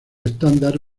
estándar